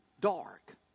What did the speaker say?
dark